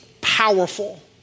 powerful